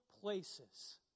places